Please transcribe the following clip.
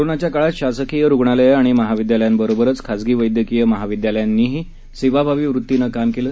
कोरोनाच्या काळात शासकीय रुग्णालयं आणि महाविद्यालयांबरोबरच खाजगी वैद्यकीय महाविद्यालयांनीही सेवाभावी वृत्तीनं काम केलं